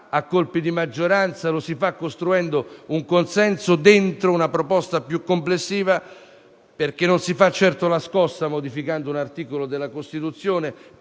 a colpi di maggioranza, ma costruendo un consenso all'interno di una proposta più complessiva. Non si dà certo una scossa modificando un articolo della Costituzione,